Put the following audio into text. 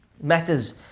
matters